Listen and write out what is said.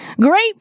Great